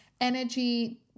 energy